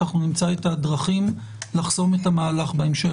אנחנו נמצא את הדרכים לחסום את המהלך בהמשך.